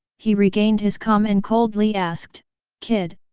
he regained his calm and coldly asked kid,